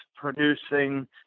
producing